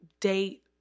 date